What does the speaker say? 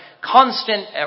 constant